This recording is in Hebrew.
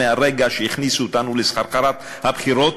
מרגע שהכניסו אותנו לסחרחורת הבחירות,